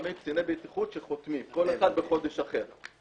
חמישה קציני בטיחות שחותמים כל אחד בחודש אחד,